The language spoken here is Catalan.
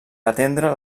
atendre